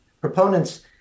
proponents